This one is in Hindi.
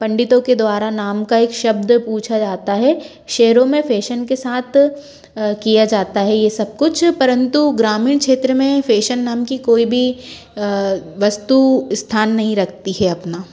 पंडितों के द्वारा नाम का एक शब्द पूछा जाता है शहरों में फेशन के साथ किया जाता है ये सब कुछ परंतु ग्रामीण क्षेत्र में फेशन नाम की कोई भी वस्तु स्थान नहीं रखती है अपना